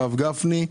הרב גפני,